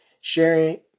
sharing